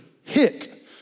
hit